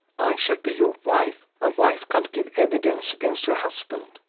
i shall be your wife! a wife can't give evidence against her husband!